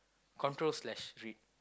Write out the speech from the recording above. control slash read